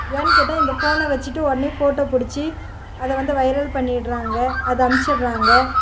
ஏன்னு கேட்டால் இந்த ஃபோனை வச்சுட்டு உடனே ஃபோட்டோ புடிச்சு அதை வந்து வைரல் பண்ணிவிடுறாங்க அதை அமுச்சுர்றாங்க